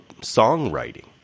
songwriting